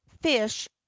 fish